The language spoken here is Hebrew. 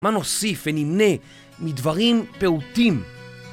מה נוסיף ונמנה מדברים פעוטים?